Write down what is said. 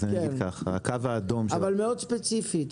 אז הקו האדום --- אבל מאוד ספציפית,